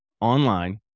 online